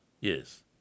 Yes